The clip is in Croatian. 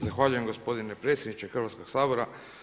Zahvaljujem gospodine predsjedniče Hrvatskog sabora.